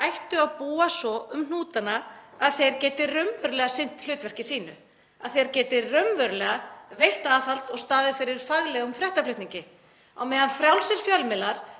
ættu að búa svo um hnútana að þeir geti raunverulega sinnt hlutverki sínu, að þeir geti raunverulega veitt aðhald og staðið fyrir faglegum fréttaflutningi. Á meðan frjálsir fjölmiðlar